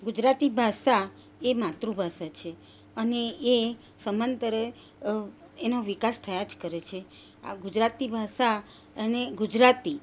ગુજરાતી ભાષા એ માતૃભાષા છે અને એ સમાંતરે એનો વિકાસ થયા જ કરે છે આ ગુજરાતી ભાષા અને ગુજરાતી